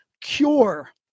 cure